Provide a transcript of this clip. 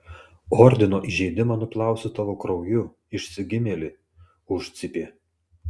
ordino įžeidimą nuplausiu tavo krauju išsigimėli užcypė